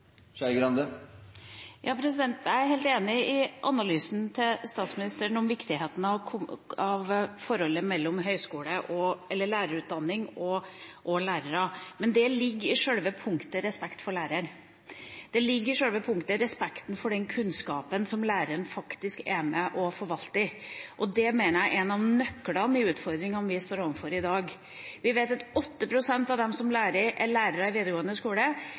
Jeg er helt enig i analysen til statsministeren om viktigheten av forholdet mellom lærerutdanning og lærere. Men det ligger i selve punktet respekt for læreren. Det ligger i selve punktet om respekt for den kunnskapen som læreren faktisk er med og forvalter, og det mener jeg er en av nøklene i utfordringene vi står overfor i dag. Vi vet at 8 pst. av dem som er lærere i grunnskolen, bare har videregående skole.